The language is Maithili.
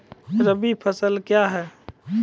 रबी फसल क्या हैं?